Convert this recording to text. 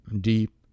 deep